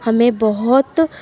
हमें बहुत